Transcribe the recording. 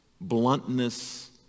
bluntness